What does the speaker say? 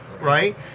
right